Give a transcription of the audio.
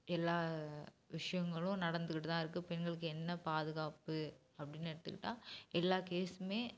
எல்லா விஷயங்களும் நடந்துகிட்டு தான் இருக்கு பெண்களுக்கு என்ன பாதுகாப்பு அப்படினு எடுத்துக்கிட்டா எல்லா கேசுமே